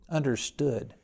understood